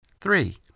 Three